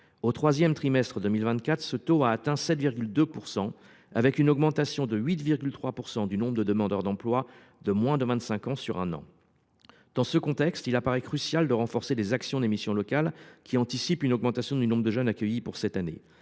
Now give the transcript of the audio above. Au troisième trimestre de 2024, ce taux a atteint 7,2 %, ce qui représente une augmentation de 8,3 % du nombre de demandeurs d’emploi de moins de 25 ans sur un an. Dans ce contexte, il paraît crucial de renforcer les actions des missions locales, qui anticipent une augmentation du nombre de jeunes accueillis cette année.